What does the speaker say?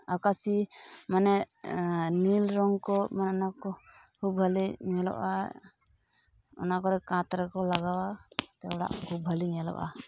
ᱟᱠᱟᱥᱤ ᱢᱟᱱᱮ ᱱᱤᱞ ᱨᱚᱝᱠᱚ ᱢᱟᱱᱮ ᱚᱱᱟᱠᱚ ᱠᱷᱩᱵᱽ ᱵᱷᱟᱞᱮ ᱧᱮᱞᱚᱜᱼᱟ ᱚᱱᱟ ᱠᱚᱨᱮ ᱠᱟᱸᱛ ᱨᱮᱠᱚ ᱞᱟᱜᱟᱣᱟ ᱚᱲᱟᱜ ᱠᱷᱩᱵᱽ ᱵᱷᱟᱞᱮ ᱧᱮᱞᱚᱜᱼᱟ